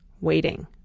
waiting